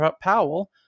Powell